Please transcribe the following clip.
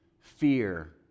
fear